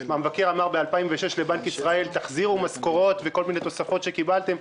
המבקר אמר ב-2006 לבנק ישראל: תחזירו משכורות וכל מיני תוספות שקיבלתם.